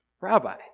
Rabbi